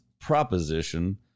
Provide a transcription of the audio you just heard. proposition